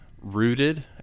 rooted